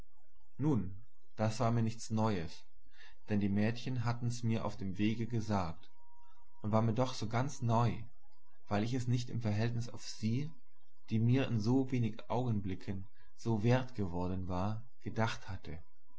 bin nun war mir das nichts neues denn die mädchen hatten mir's auf dem wege gesagt und war mir doch so ganz neu weil ich es noch nicht im verhältnis auf sie die mir in so wenig augenblicken so wert geworden war gedacht hatte